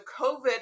COVID